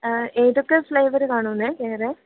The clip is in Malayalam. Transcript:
ഏതൊക്കെ ഫ്ലേവറ് കാണുമെന്നെ വേറെ